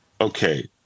okay